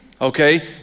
Okay